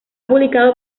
publicado